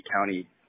County